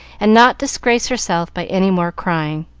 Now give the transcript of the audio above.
and not disgrace herself by any more crying.